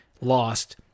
lost